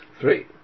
Three